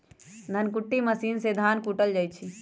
धन कुट्टी मशीन से धान कुटल जाइ छइ